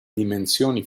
dimensioni